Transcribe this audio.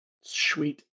Sweet